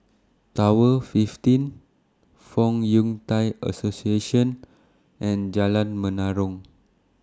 Tower fifteen Fong Yun Thai Association and Jalan Menarong